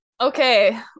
Okay